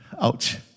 Ouch